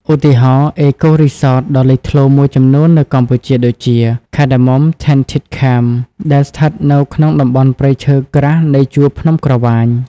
ឧទាហរណ៍ អេកូរីសត ដ៏លេចធ្លោមួយចំនួននៅកម្ពុជាដូចជា ខា ដា មុំ ថេន ធីត ខេម Cardamom Tented Camp ដែលស្ថិតនៅក្នុងតំបន់ព្រៃឈើក្រាស់នៃជួរភ្នំក្រវាញ។